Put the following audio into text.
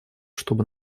чтобы